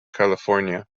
california